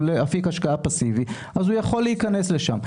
אפיק השקעה פאסיבי, אז הוא יכול להיכנס לשם.